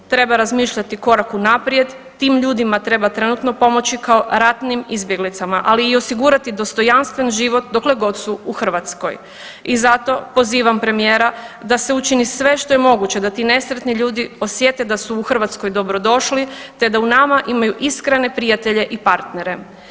Treba razmišljati korak unaprijed, tim ljudima treba trenutno pomoći kao ratnim izbjeglicama, ali i osigurati dostojanstven život dokle god su u Hrvatskoj i zato pozivam premijera da se učini sve što je moguće da ti nesretni ljudi osjete da su u Hrvatskoj dobrodošli te da u nama imaju iskrene prijatelje i partnere.